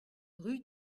rue